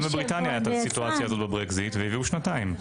גם בבריטניה הייתה סיוטאציה כזאת בברקזיט והביאו שנתיים.